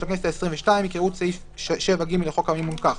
הכנסת העשרים ושתיים יקראו את סעיף 7ג לחוק המימון כך: